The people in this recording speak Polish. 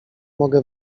mogę